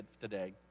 today